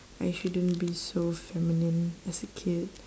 I shouldn't be so feminine as a kid